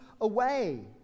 away